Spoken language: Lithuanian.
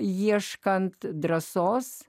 ieškant drąsos